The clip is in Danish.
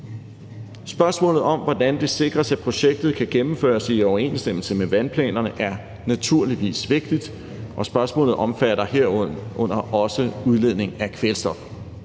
Spørgsmålet om, hvordan det sikres, at projektet kan gennemføres i overensstemmelse med vandplanerne, er naturligvis vigtigt, og spørgsmålet omfatter herunder også udledning af kvælstof.